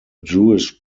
jewish